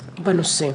בנושא.